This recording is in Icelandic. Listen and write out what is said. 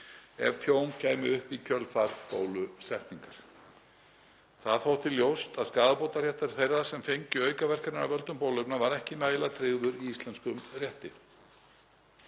ef tjón kæmi upp í kjölfar bólusetningar. Það þótti ljóst að skaðabótaréttur þeirra sem fengju aukaverkanir af völdum bóluefna var ekki nægilega tryggður í íslenskum rétti.